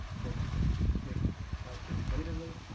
folks that think quite innovatively.